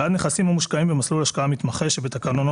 בעד נכסים המושקעים במסלול השקעה מתמחה שבתקנונו